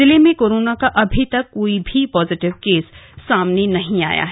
जिले में कोरोना का अभी तक कोई भी पॉजिटिव केस सामने नहीं आया है